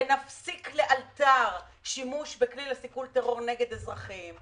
ונפסיק לאלתר שימוש בכלי לסיכול טרור נגד אזרחים.